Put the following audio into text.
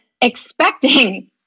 expecting